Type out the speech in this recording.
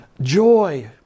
joy